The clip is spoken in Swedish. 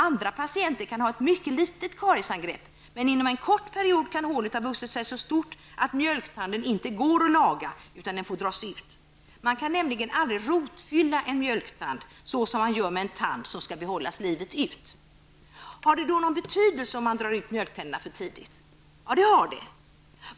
Andra patienter kan ha ett mycket litet kariesangrepp, men inom en kort period kan hålet ha vuxit sig så stort att mjölktanden inte går att laga, utan den får dras ut. Man kan nämligen aldrig rotfylla en mjölktand, så som man gör med en tand som skall behållas livet ut. Har det någon betydelse om man drar ut mjölktänderna för tidigt? Ja, det har det.